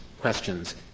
questions